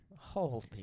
Holy